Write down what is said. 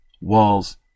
walls